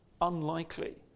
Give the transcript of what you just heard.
unlikely